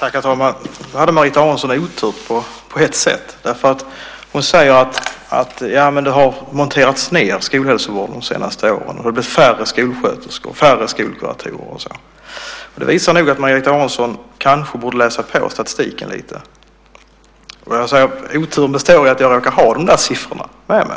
Herr talman! Nu hade Marita Aronson otur på ett sätt. Hon säger att skolhälsovården har monterats ned de senaste åren. Det har blivit färre skolsköterskor, färre skolkuratorer och så vidare. Det visar att Marita Aronson kanske borde läsa på statistiken lite. Oturen består i att jag råkar ha de där siffrorna med mig.